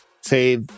say